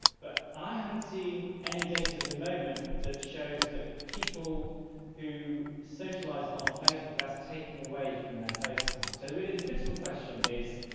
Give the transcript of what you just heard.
but i haven't seen any data at the moment that shows that people who socialise a lot on facebook, that that is taking away from their face time. so really the critical question is.